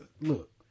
Look